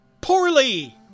Poorly